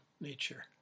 nature